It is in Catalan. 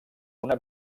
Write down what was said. una